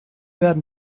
werden